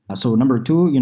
so number two,